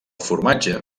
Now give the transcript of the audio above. formatge